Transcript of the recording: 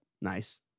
Nice